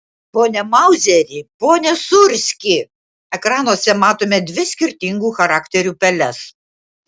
pone mauzeri pone sūrski ekranuose matome dvi skirtingų charakterių peles